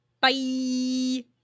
Bye